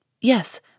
Yes